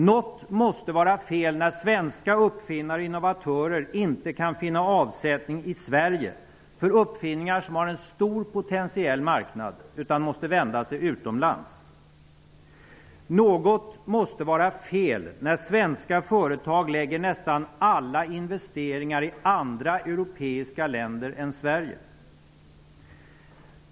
Något måste vara fel när svenska uppfinnare och innovatörer inte kan finna avsättning i Sverige för uppfinningar som har en stor potentiell marknad, utan måste vända sig utomlands. Något måste vara fel när svenska företag lägger nästan alla investeringar i andra europeiska länder än Sverige.